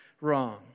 wrong